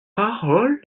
parole